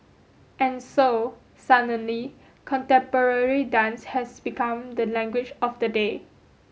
and so suddenly contemporary dance has become the language of the day